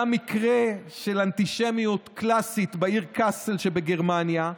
היה מקרה של אנטישמיות קלאסית בעיר קאסל שבגרמניה,